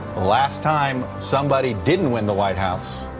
last time somebody didn't win the white house